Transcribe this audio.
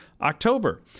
October